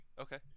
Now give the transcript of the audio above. Okay